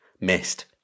missed